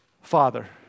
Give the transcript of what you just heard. father